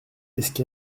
esc